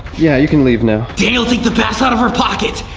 yeah, you can leave now. daniel, take the pass out of her pocket.